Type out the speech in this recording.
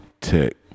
Tech